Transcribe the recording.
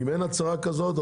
אם אין הצהרה כזאת,